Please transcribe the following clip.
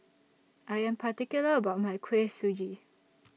I Am particular about My Kuih Suji